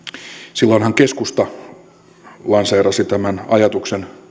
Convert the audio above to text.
silloinhan keskusta lanseerasi tämän ajatuksen